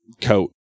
coat